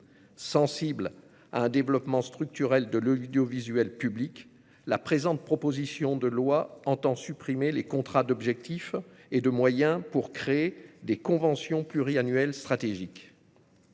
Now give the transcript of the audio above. Sensibles à un développement structurel de l'audiovisuel public, les auteurs de la présente proposition de loi entendent supprimer les contrats d'objectifs et de moyens pour créer des conventions pluriannuelles stratégiques.